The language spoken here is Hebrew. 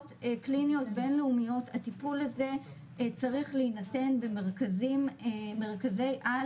קליניות בינלאומיות הטיפול הזה צריך להינתן במרכזי על